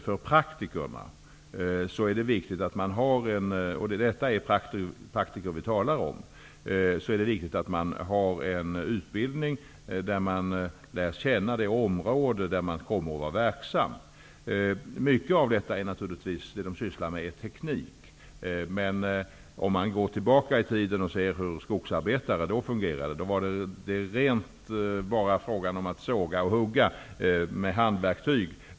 För praktikerna, som vi här talar om, är det viktigt med en utbildning där de lär känna det område där de kommer att vara verksamma. Det är jag fullt medveten om. Mycket av det som de sysslar med är naturligtvis teknik, men om man går tillbaka i tiden och ser hur skogsarbetare tidigare fungerade finner man att det bara var fråga om att såga och hugga med handverktyg.